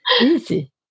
easy